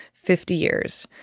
fifty years.